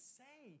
say